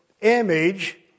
image